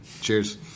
Cheers